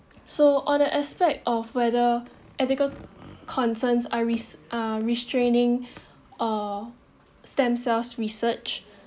so on a aspect of whether ethical concerns are risk uh restraining uh stem cells research